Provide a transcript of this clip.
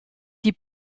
die